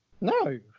no